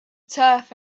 turf